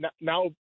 now